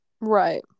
Right